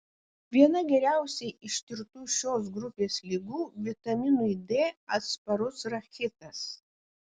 viena geriausiai ištirtų šios grupės ligų vitaminui d atsparus rachitas